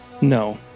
No